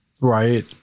Right